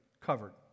covered